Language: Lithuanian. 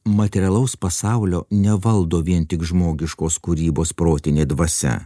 materialaus pasaulio nevaldo vien tik žmogiškos kūrybos protinė dvasia